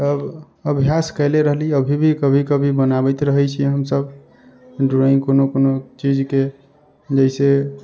अब अभ्यास कयले रहली अभी भी कभी कभी बनाबैत रहै छी हमसब ड्रॉइंग कोनो कोनो चीज के जैसे